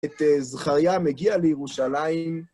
את זכריה מגיע לירושלים.